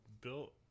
built